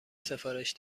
سفارش